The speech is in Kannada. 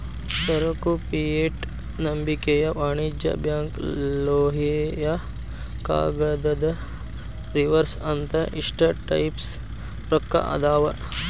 ಸರಕು ಫಿಯೆಟ್ ನಂಬಿಕೆಯ ವಾಣಿಜ್ಯ ಬ್ಯಾಂಕ್ ಲೋಹೇಯ ಕಾಗದದ ರಿಸರ್ವ್ ಅಂತ ಇಷ್ಟ ಟೈಪ್ಸ್ ರೊಕ್ಕಾ ಅದಾವ್